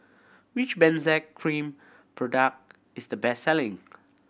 which Benzac Cream product is the best selling